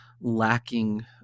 lacking